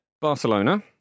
Barcelona